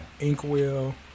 Inkwell